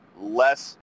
less